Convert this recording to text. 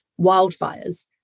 wildfires